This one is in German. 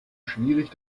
schwierig